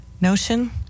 notion